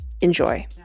Enjoy